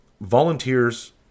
volunteers